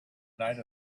night